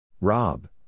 Rob